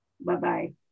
Bye-bye